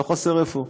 לא חסר איפה.